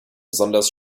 besonders